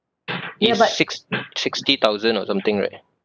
it's six sixty thousand or something right